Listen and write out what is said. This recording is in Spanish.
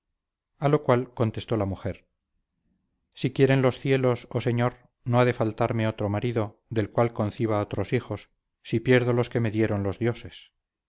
a lo cual contestó la mujer si quieren los cielos oh señor no ha de faltarme otro marido del cual conciba otros hijos si pierdo los que me dieron los dioses